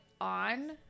on